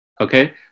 Okay